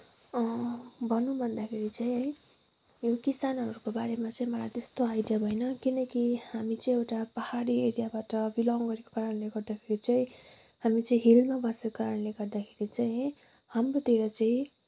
भनौँ भन्दाखेरि चाहिँ है यो किसानहरूको बारेमा चाहिँ मलाई त्यस्तो आइडिया भएन किनकि हामी चाहिँ एउटा पाहाडी एरियाबाट बिलोङ गरेको कारणले गर्दाखेरी चाहिँ हामी चाहिँ हिलमा बसेको कारणले गर्दाखेरि चाहिँ है हाम्रोतिर चाहिँ